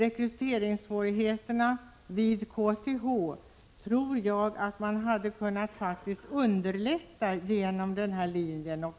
Jag tror faktiskt att man hade kunnat minska rekryteringssvårigheterna vid KTH genom den här linjen.